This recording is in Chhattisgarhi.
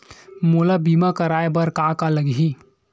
मोला बीमा कराये बर का का लगही?